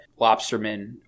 lobstermen